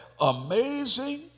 amazing